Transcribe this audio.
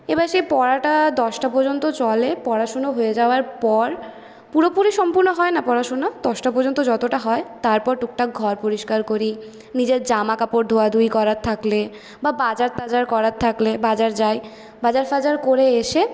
এবার সেই পড়াটা দশটা পর্যন্ত চলে পড়াশুনো হয়ে যাওয়ার পর পুরোপুরি সম্পূর্ণ হয় না পড়াশুনো দশটা পর্যন্ত যতটা হয় তারপর টুকটাক ঘর পরিষ্কার করি নিজের জামাকাপড় ধোয়াধুয়ি করার থাকলে বা বাজার টাজার করার থাকলে বাজার যাই বাজার ফাজার করে এসে